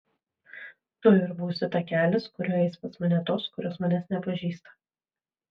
tu ir būsi takelis kuriuo eis pas mane tos kurios manęs nepažįsta